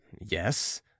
yes